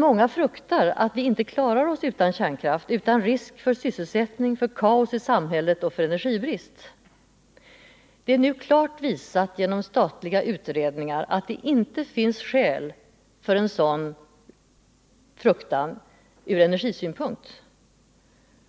Många fruktar att vi inte klarar oss utan kärnkraft utan risk för sysselsättning, kaos i samhället och energibrist. Det är nu klart visat genom statliga utredningar att det inte finns skäl för en sådan fruktan ur energisynpunkt.